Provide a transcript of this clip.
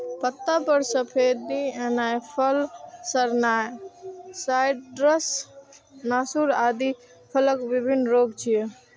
पत्ता पर सफेदी एनाय, फल सड़नाय, साइट्र्स नासूर आदि फलक विभिन्न रोग छियै